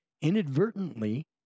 inadvertently